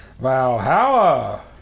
Valhalla